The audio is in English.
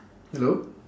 hello